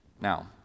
Now